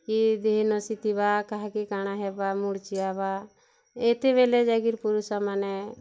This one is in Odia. କି ଦେହେ ନସି ଥିବା କାହାକି କାଣା ହେବା ଏତେବେଲେ ଯାଇକିରି ପୁରୁଷମାନେ